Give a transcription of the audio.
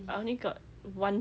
I only got one